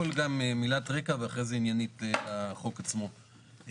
ואגרות והיטל ביוב וכו',